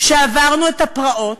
שעברנו את הפרעות,